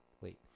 Wait